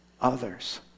others